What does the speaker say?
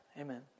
amen